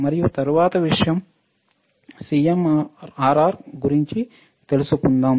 మరియు తర్వాత విషయం సీఎంఆర్ఆర్ గురించి తెలుసుకుందాం